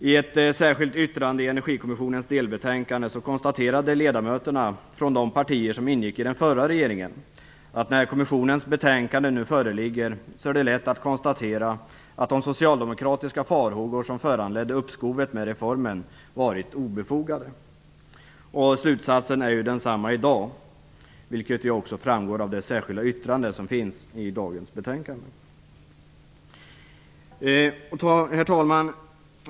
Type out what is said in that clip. I ett särskilt yttrande till Energikommissionens delbetänkande konstaterade ledamöterna från de partier som ingick i den förra regeringen att det när kommissionens betänkande nu föreligger är lätt att se att de socialdemokratiska farhågor som föranledde uppskovet med reformen varit obefogade. Slutsatsen är densamma i dag, vilket också framgår av det särskilda yttrandet vid dagens betänkande. Herr talman!